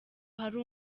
hari